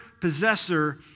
possessor